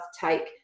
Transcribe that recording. take